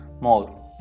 more